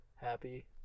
Happy